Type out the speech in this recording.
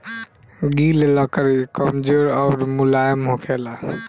गिल लकड़ी कमजोर अउर मुलायम होखेला